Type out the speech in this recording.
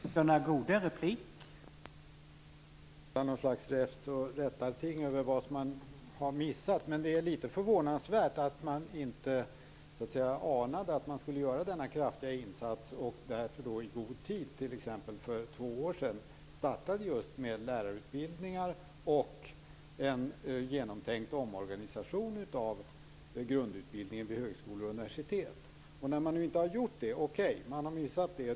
Herr talman! Jag skall inte försöka hålla något slags räfst och rättarting över vad man har missat. Men det är litet förvånansvärt att man inte anade att man skulle göra denna kraftiga insats och därför i god tid, t.ex. för två år sedan, startade med lärarutbildningar och en genomtänkt omorganisation av grundutbildningen vid högskolor och universitet. Man har missat det.